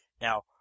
Now